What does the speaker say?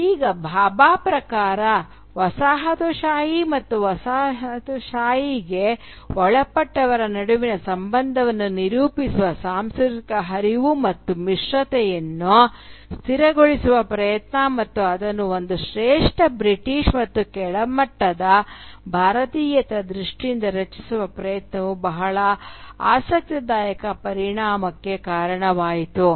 ಈಗ ಭಾಭಾ ಪ್ರಕಾರ ವಸಾಹತುಶಾಹಿ ಮತ್ತು ವಸಾಹತುಶಾಹಿಗೆ ಒಳಪಟ್ಟವರ ನಡುವಿನ ಸಂಬಂಧವನ್ನು ನಿರೂಪಿಸುವ ಸಾಂಸ್ಕೃತಿಕ ಹರಿವು ಮತ್ತು ಮಿಶ್ರತೆಯನ್ನು ಸ್ಥಿರಗೊಳಿಸುವ ಪ್ರಯತ್ನ ಮತ್ತು ಅದನ್ನು ಒಂದು ಶ್ರೇಷ್ಠ ಬ್ರಿಟಿಷ್ ಮತ್ತು ಕೆಳಮಟ್ಟದ ಭಾರತೀಯತೆಯ ದೃಷ್ಟಿಯಿಂದ ರಚಿಸುವ ಪ್ರಯತ್ನವು ಬಹಳ ಆಸಕ್ತಿದಾಯಕ ಪರಿಣಾಮಕ್ಕೆ ಕಾರಣವಾಯಿತು